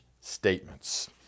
Statements